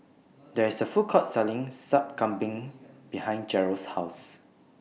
There IS A Food Court Selling Sup Kambing behind Jerrel's House